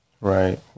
Right